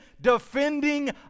defending